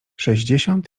sześćdziesiąt